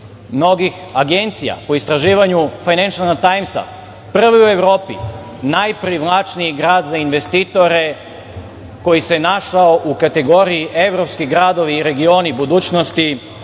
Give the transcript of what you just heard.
mnogih agencija, po istraživanju „Fajnenšal tajmsa“, prvi u Evropi, najprivlačniji grad za investitore, koji se našao u kategoriji „Evropski gradovi i regioni budućnosti“,